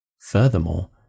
Furthermore